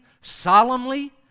solemnly